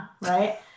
right